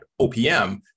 OPM